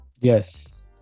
yes